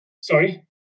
sorry